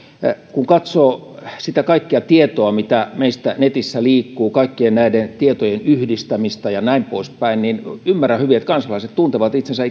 kun katsoo sitä kaikkea tietoa mitä meistä netissä liikkuu kaikkien näiden tietojen yhdistämistä ja näin poispäin niin ymmärrän hyvin että kansalaiset tuntevat itsensä